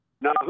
Now